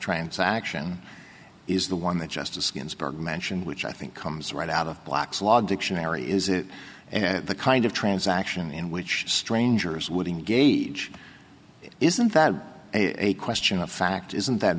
transaction is the one that justice ginsburg mansion which i think comes right out of black's law dictionary is it and the kind of transaction in which strangers would engage isn't that a question of fact isn't that